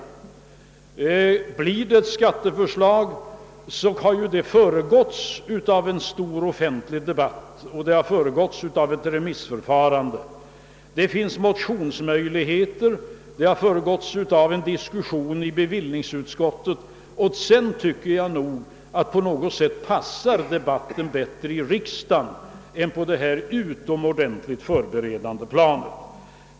Kommer det ett skatteförslag, så har det föregåtts av en stor offentlig debatt och ett remissförfarande; det har väckts motioner, och det har förekommit en diskussion i bevillningsutskottet. Jag tycker nog att debatten i riksdagen lämpligen bör komma därefter i stället för på detta utomordentligt förberedande plan.